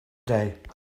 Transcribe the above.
day